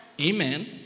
Amen